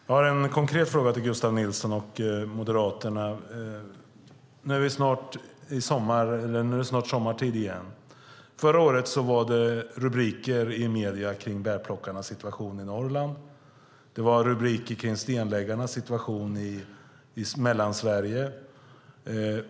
Fru talman! Jag har en konkret fråga till Gustav Nilsson och Moderaterna. Nu är det snart sommar igen. Förra året var det rubriker i medierna kring bärplockarnas situation i Norrland. Det var rubriker kring stenläggarnas situation i Mellansverige.